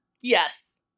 Yes